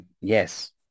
Yes